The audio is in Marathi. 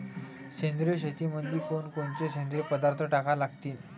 सेंद्रिय शेतीमंदी कोनकोनचे सेंद्रिय पदार्थ टाका लागतीन?